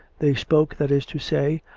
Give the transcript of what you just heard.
they spoke, that is to say,